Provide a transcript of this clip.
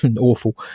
awful